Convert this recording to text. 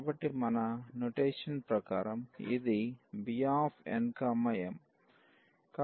కాబట్టి మన నొటేషన్ ప్రకారం ఇది Bnm